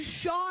shot